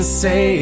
say